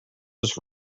was